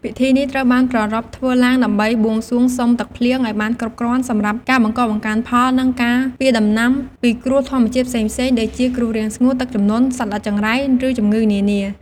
ពិធីនេះត្រូវបានប្រារព្ធធ្វើឡើង ដើម្បីបួងសួងសុំទឹកភ្លៀងឱ្យបានគ្រប់គ្រាន់សម្រាប់ការបង្កបង្កើនផល និង ការពារដំណាំពីគ្រោះធម្មជាតិផ្សេងៗ ដូចជាគ្រោះរាំងស្ងួត ទឹកជំនន់ សត្វល្អិតចង្រៃ ឬជំងឺនានា។